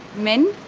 men?